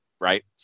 right